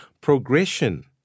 progression